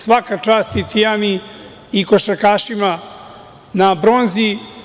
Svaka čast i Tijani i košarkašima na bronzi.